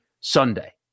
Sunday